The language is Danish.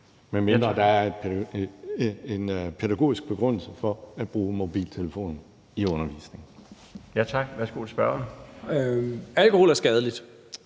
medmindre der er en pædagogisk begrundelse for at bruge mobiltelefon i undervisningen. Kl. 19:05 Den fg.